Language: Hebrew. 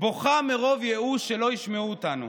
בוכה מרוב ייאוש שלא ישמעו אותנו.